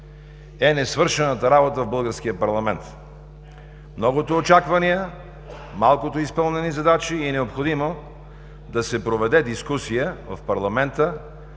е несвършената работа в българския парламент – многото очаквания, малкото изпълнени задача. Необходимо е да се проведе дискусия в парламента